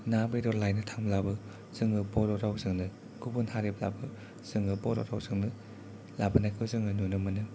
ना बेदर लायनो थांब्लाबो जोङो बर' रावजोंनो गुबुन हारिब्लाबो जोङो बर' रावजोंनो लाबोनायखौ जोङो नुनो मोनो